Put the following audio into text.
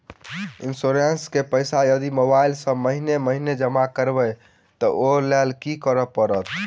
Insurance केँ पैसा यदि मोबाइल सँ महीने महीने जमा करबैई तऽ ओई लैल की करऽ परतै?